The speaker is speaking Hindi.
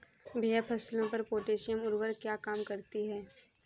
भैया फसलों पर पोटैशियम उर्वरक क्या काम करती है?